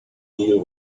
deal